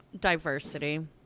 Diversity